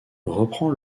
reprend